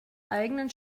eigenen